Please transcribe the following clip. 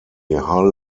hull